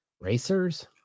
racers